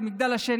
במגדל השן,